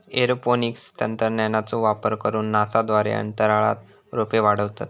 aeroponics तंत्रज्ञानाचो वापर करून नासा द्वारे अंतराळात रोपे वाढवतत